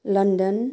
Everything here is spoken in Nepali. लन्डन